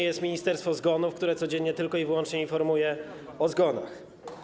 Jest ministerstwo zgonów, które codziennie tylko i wyłącznie informuje o zgonach.